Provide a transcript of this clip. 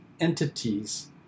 entities